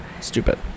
Stupid